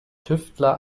tüftler